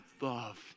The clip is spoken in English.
love